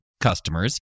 customers